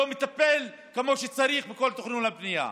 שלא מטפל כמו שצריך בכל תכנון הבנייה.